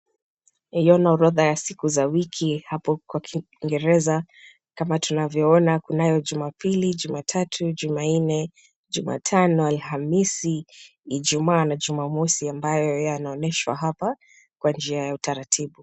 Naiona orodha ya siku za wiki hapo kwa kiingereza kama tunavyoona kunayo jumapili, jumatatu, jumanne, jumatano, alhamisi, ijumaa na jumamosi ambayo yanaoneshwa hapa kwa njia ya utaratibu.